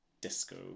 disco